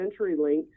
CenturyLink